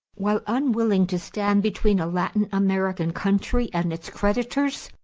while unwilling to stand between a latin-american country and its creditors,